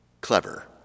Clever